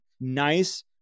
nice